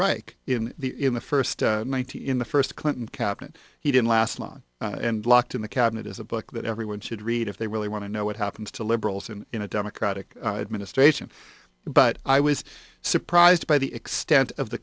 reich in the in the first one thousand in the first clinton cabinet he didn't last long and blocked in the cabinet as a book that everyone should read if they really want to know what happens to liberals and in a democratic administration but i was surprised by the extent of the